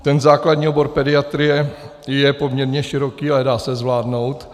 Ten základní obor pediatrie je poměrně široký, ale dá se zvládnout.